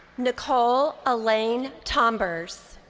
nicole elaine tombers.